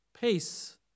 peace